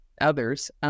others